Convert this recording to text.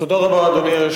תודה רבה לך,